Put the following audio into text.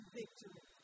victory